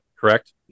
correct